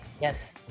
Yes